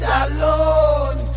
alone